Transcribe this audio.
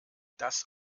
das